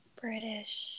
British